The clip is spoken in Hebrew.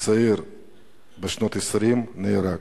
צעיר בשנות ה-20 נהרג,